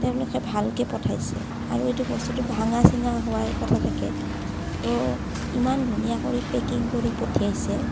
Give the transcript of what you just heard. তেওঁলোকে ভালকে পঠাইছে আৰু এইটো বস্তুটো ভাঙা চিঙা হোৱাৰ কথা থাকে ত' ইমান ধুনীয়া কৰি পেকিং কৰি পঠিয়াইছে